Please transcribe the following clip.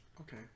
Okay